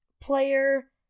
player